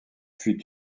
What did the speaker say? fut